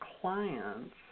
clients